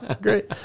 Great